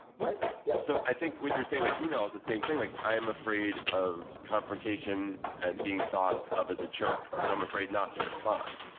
right, yeah. so i think what you're saying about email is the same thing, like i am afraid of confrontation and being thought of as a jerk, so i'm afraid not to respond.